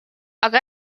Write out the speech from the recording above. aga